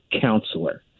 counselor